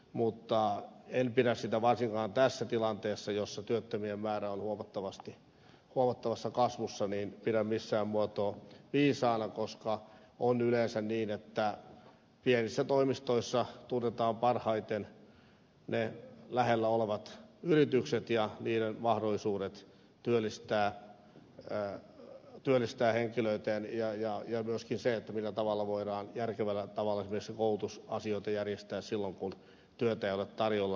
mutta en pidä sitä varsinkaan tässä tilanteessa jossa työttömien määrä on huomattavassa kasvussa millään muotoa viisaana koska on yleensä niin että pienissä toimistoissa tunnetaan parhaiten ne lähellä olevat yritykset ja niiden mahdollisuudet työllistää henkilöitä ja myöskin se millä tavalla voidaan järkevällä tavalla esimerkiksi koulutusasioita järjestää silloin kun työtä ei ole tarjolla